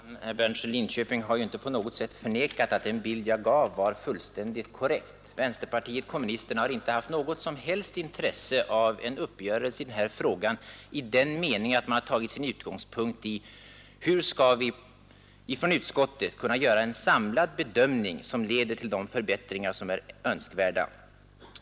Herr talman! Herr Berndtson i Linköping har inte på något sätt förnekat att den bild jag gav var helt korrekt. Vänsterpartiet kommunisterna har inte haft något som helst intresse av en uppgörelse i denna fråga, i den meningen att man som utgångspunkt har tagit hur vi i utskottet skulle kunna göra en samlad bedömning som leder till de önskvärda förbättringarna.